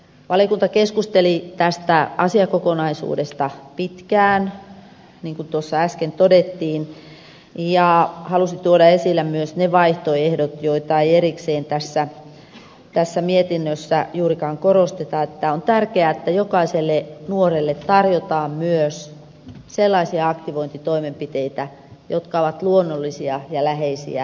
valiokunta keskusteli tästä asiakokonaisuudesta pitkään niin kuin tuossa äsken todettiin ja halusi tuoda esille myös ne vaihtoehdot joita ei erikseen tässä mietinnössä juurikaan korosteta että on tärkeää että jokaiselle nuorelle tarjotaan myös sellaisia aktivointitoimenpiteitä jotka ovat luonnollisia ja läheisiä nuorille